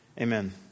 amen